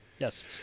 Yes